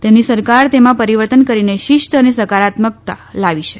તેમની સરકાર તેમાં પરિવર્તન કરીને શિસ્ત અને સકારાત્મકતા લાવી છે